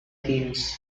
themes